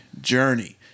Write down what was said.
journey